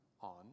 on